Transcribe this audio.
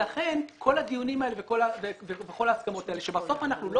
לכן כל הדיונים האלה וכל ההסכמות האלה שבסוף אנחנו לא